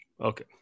okay